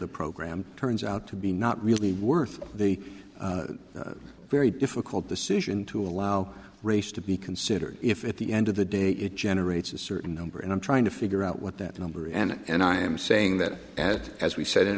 the program turns out to be not really worth the very difficult decision to allow race to be considered if at the end of the day it generates a certain number and i'm trying to figure out what that number and i am saying that as we s